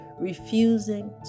refusing